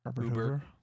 Uber